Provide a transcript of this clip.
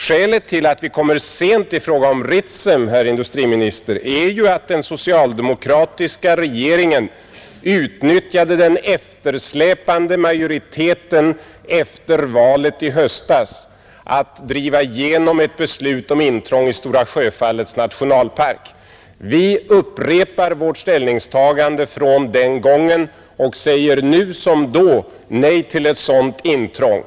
Skälet till att vi kommer sent i fråga om Ritsem, herr industriminister, är ju att den socialdemokratiska regeringen utnyttjade den eftersläpande majoriteten efter valet i höstas för att driva igenom ett beslut om intrång i Stora Sjöfallets nationalpark. Vi upprepar vårt ställningstagande från den gången och säger nu som då nej till ett sådant intrång.